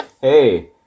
hey